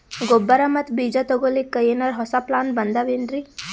ಗೊಬ್ಬರ ಮತ್ತ ಬೀಜ ತೊಗೊಲಿಕ್ಕ ಎನರೆ ಹೊಸಾ ಪ್ಲಾನ ಬಂದಾವೆನ್ರಿ?